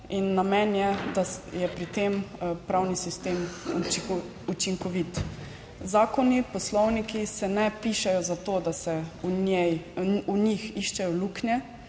in namen je, da je pri tem pravni sistem učinkovit. Zakoni, poslovniki se ne pišejo za to, da se v njej, v njih iščejo luknje,